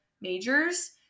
majors